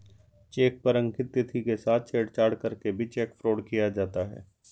check पर अंकित तिथि के साथ छेड़छाड़ करके भी चेक फ्रॉड किया जाता है